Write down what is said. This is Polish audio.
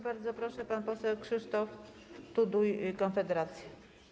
Bardzo proszę, pan poseł Krzysztof Tuduj, Konfederacja.